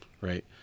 right